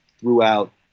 throughout